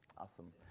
Awesome